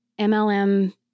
MLM